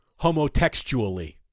homotextually